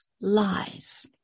lies